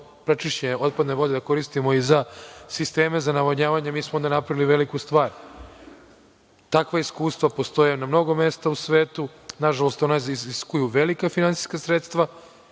prečišćene otpadne vode da koristimo i za sisteme za navodnjavanje, mi smo onda napravili veliku stvar. Takva iskustva postoje na mnogo mesta u svetu, ali nažalost ona iziskuju velika finansijska sredstva,